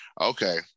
Okay